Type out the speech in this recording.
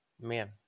Man